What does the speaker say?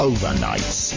Overnights